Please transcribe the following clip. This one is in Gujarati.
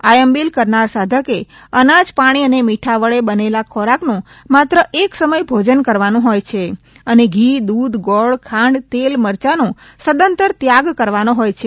આયંબિલ કરનાર સાધકે અનાજપાણી અને મીઠા વડે બનેલા ખોરાકનું માત્ર એક સમય ભોજન કરવાનું હોય છે અને ઘી દૂધ ગોળ ખાંડતેલ મરચાંનો સદંતર ત્યાગ કરવાનો હોય છે